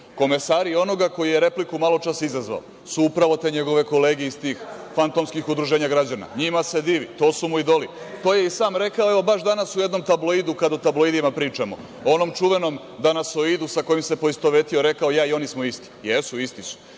komesari onoga koji je repliku maločas izazvao su upravo njegove kolege iz tih fantomskih udruženja građana. NJima se divi, to su mu idoli. To je i sam rekao baš danas u jednom tabloidu, kada o tabloidima pričamo. U onom čuvenom danasoidu, sa kojim se poistovetio i rekao – ja i on smo isti. Jesu, isti su.